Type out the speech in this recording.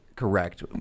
correct